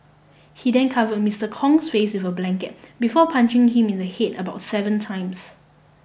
he then covered Mister Kong's face with a blanket before punching him in the head about seven times